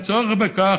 הרי אין צורך בכך.